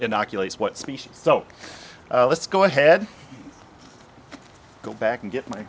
inoculates what species so let's go ahead go back and get my